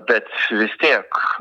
bet vis tiek